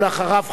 ואחריו,